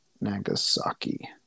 Nagasaki